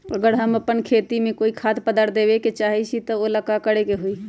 अगर हम अपना खेती में कोइ खाद्य पदार्थ देबे के चाही त वो ला का करे के होई?